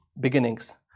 beginnings